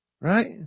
Right